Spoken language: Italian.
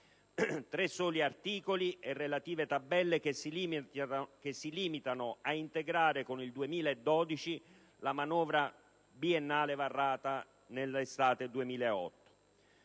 tre articoli e relative tabelle, che si limitano ad integrare con il 2012 la manovra biennale varata nell'estate del 2008.